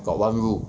got one rule